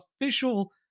official